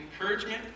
encouragement